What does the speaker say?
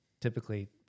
typically